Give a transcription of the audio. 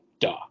Duh